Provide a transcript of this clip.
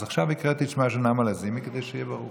אז עכשיו הקראתי את שמה של נעמה לזימי כדי שיהיה ברור.